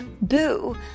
Boo